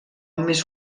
més